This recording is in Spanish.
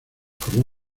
como